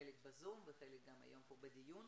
חלק בזום וחלק גם היום פה בדיון,